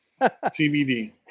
TBD